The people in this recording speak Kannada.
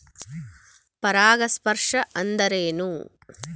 ಪರಾಗಸ್ಪರ್ಶ ಅಂದರೇನು?